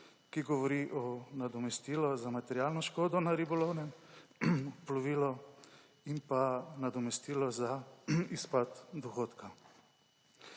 ki govorijo o nadomestilu za materialno škodo na ribolovnem plovilu in pa nadomestilu za izpad dohodka.